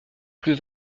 plus